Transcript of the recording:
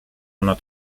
ona